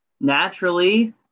Naturally